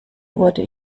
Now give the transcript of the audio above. wurde